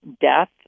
death